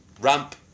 ramp